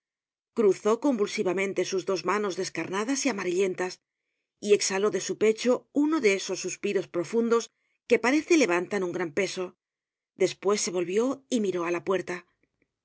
cruzó convulsivamente sus dos manos descarnadas y amarillentas y exhaló de su pecho uno de esos suspiros profundos que parece levantan un gran peso despues se volvió y miró á la puerta